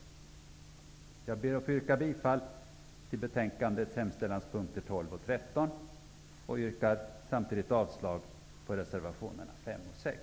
Jag ber att få yrka bifall till hemställan i betänkandet avseende mom. 12 och 13. Dessutom yrkar jag avslag på reservationerna 5 och 6.